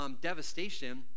devastation